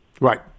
Right